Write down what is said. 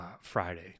Friday